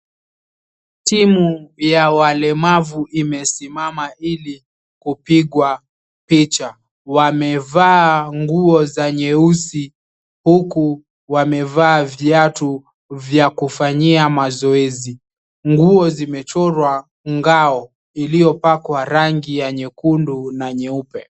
Timu ya walemavu imesimama ili kupigwa picha. Wamevaa nguo za nyeusi huku wamevaa viatu vya kufanyia mazoezi. Nguo zimechorwa ngao iliyopakwa rangi ya nyekundu na nyeupe.